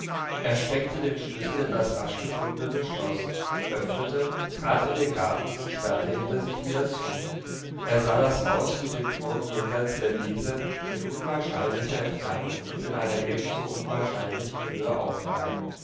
er steckte den schlüssel in das rasch gefundene schloß öffnete trat in den garten und sperrte hinter sich wieder zu er sah das haus mit dem turm jenseits der wiese in unwahrscheinlicher entfernung und in einer ebenso unwahrscheinlichen höhe aufragen